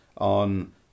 on